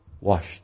washed